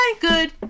Good